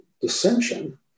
dissension